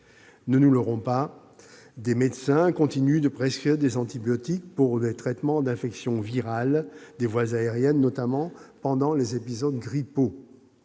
Ne nous leurrons pas, des médecins continuent de prescrire des antibiotiques pour le traitement d'infections virales des voies aériennes, notamment pendant les épisodes grippaux